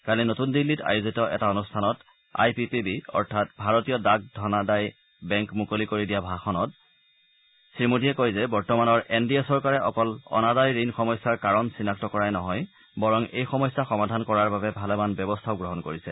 কালি নতুন দিল্লীত আয়োজিত এটা অনুষ্ঠানত আই পি পি বি অৰ্থাৎ ভাৰতীয় ডাক ধনাদায় বেংক মুকলি কৰি দিয়া ভাষণত শ্ৰী মোদীয়ে কয় যে বৰ্তমানৰ এন ডি এ চৰকাৰে অকল অনাদায় ঋণ সমস্যাৰ কাৰণ চিনাক্ত কৰাই নহয় বৰং এই সমস্যা সমাধান কৰাৰ বাবে ভালেমান ব্যৱস্থাও গ্ৰহণ কৰিছে